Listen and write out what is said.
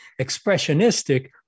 expressionistic